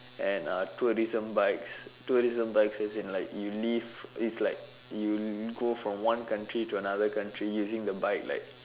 and uh tourism bikes tourism bikes as in like you leave it's like you go from one country to another country using the bike like